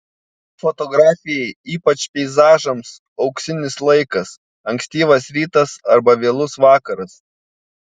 fotografijai ypač peizažams auksinis laikas ankstyvas rytas arba vėlus vakaras